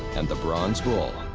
and the bronze bull.